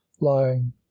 lying